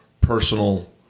personal